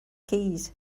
keys